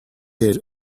his